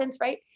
Right